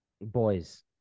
Boys